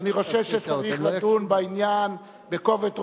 אני חושב שצריך לדון בעניין בכובד ראש,